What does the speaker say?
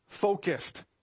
focused